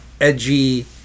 edgy